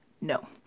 No